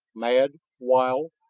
mad, wild,